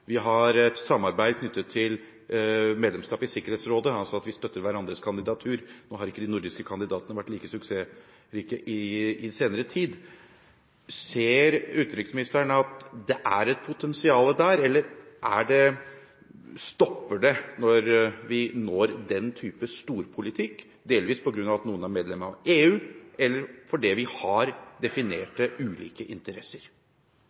Vi har et samarbeid knyttet til medlemskap i Sikkerhetsrådet, altså at vi støtter hverandres kandidatur. Nå har ikke de nordiske kandidatene vært like suksessrike i den senere tid. Ser utenriksministeren at det er et potensial der, eller stopper det når vi når den type storpolitikk – delvis på grunn av at noen er medlem av EU, eller fordi vi har definerte ulike interesser?